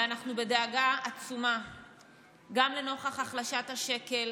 ואנחנו בדאגה עצומה גם לנוכח החלשת השקל,